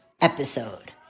episode